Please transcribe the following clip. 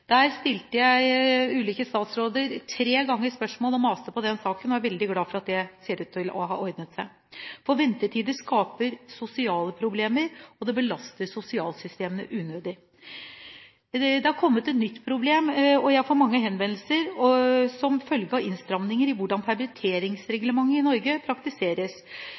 Jeg har tre ganger stilt ulike statsråder spørsmål i denne saken og har mast. Jeg er veldig glad for at dette ser ut til å ha ordnet seg. Ventetider skaper sosiale problemer og belaster sosialsystemene unødig. Det har oppstått et nytt problem. Jeg får mange henvendelser som følge av innstramninger i hvordan permitteringsreglementet i Norge praktiseres.